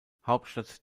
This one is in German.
hauptstadt